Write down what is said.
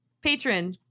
patron